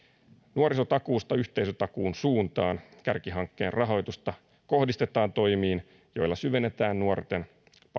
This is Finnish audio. nuorisotakuusta yhteisötakuun suuntaan kärkihankkeen rahoitusta kohdistetaan toimiin joilla syvennetään nuorten